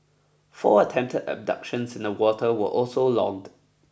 four attempted abductions in the water were also logged